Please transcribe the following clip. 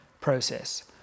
process